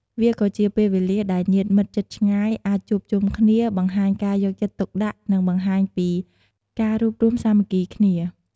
វាក៏ជាពេលវេលាដែលញាតិមិត្តជិតឆ្ងាយអាចជួបជុំគ្នា បង្ហាញការយកចិត្តទុកដាក់ និងបង្ហាញពីការរួបរួមសាមគ្គីគ្នា។